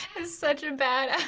is such a badass.